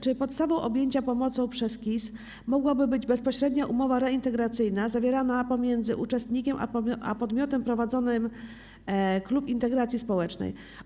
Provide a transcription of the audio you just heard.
Czy podstawą objęcia pomocą przez KIS mogłaby być bezpośrednia umowa reintegracyjna zawierana pomiędzy uczestnikiem a podmiotem prowadzącym klub integracji społecznej?